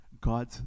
God